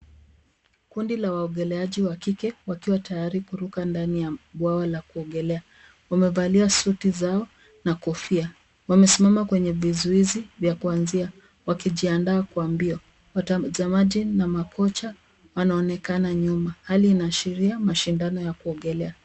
Kundi la waogeleaji wa kike wakiwa tayari kuruka ndani ya bwawa la kuogelea. Wamevalia suti zao na kofia wamesimama kwenye vizuizi vya kuazia wakijiandaa kwa mbio. Watazamaji na makocha wanaonekana nyuma. Hali inaashiria mashindano ya kuogelea.